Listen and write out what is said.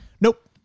nope